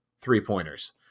three-pointers